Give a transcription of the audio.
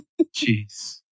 jeez